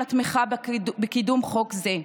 על התמיכה בקידום חוק זה.